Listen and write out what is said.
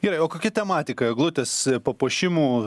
gerai o kokia tematika eglutės papuošimų